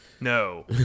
No